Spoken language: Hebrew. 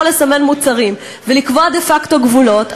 יכול לסמן מוצרים ולקבוע דה-פקטו גבולות,